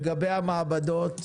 לגבי המעבדות,